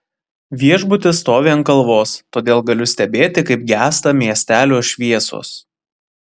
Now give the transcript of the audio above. viešbutis stovi ant kalvos todėl galiu stebėti kaip gęsta miestelio šviesos